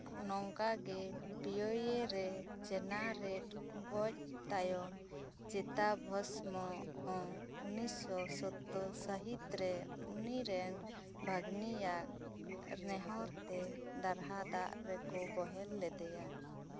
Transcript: ᱱᱚᱝᱠᱟ ᱜᱮ ᱯᱤᱭᱚᱭᱮ ᱨᱮ ᱡᱮᱱᱟᱨᱮᱴ ᱜᱚᱡ ᱛᱟᱭᱚᱢ ᱪᱤᱛᱟ ᱵᱷᱚᱥᱢᱚ ᱩᱱᱱᱤᱥ ᱥᱚ ᱥᱳᱛᱛᱳᱨ ᱥᱟᱹᱦᱤᱛ ᱨᱮ ᱩᱱᱤ ᱨᱮᱱ ᱵᱷᱟᱜᱽᱱᱤᱭᱟᱜ ᱱᱮᱦᱚᱨ ᱛᱮ ᱫᱟᱨᱦᱟ ᱫᱟᱜ ᱨᱮᱠᱚ ᱵᱳᱦᱮᱞ ᱞᱮᱫᱮᱭᱟ